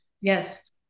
Yes